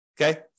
okay